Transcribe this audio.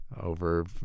over